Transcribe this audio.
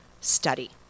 study